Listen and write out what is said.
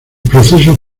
proceso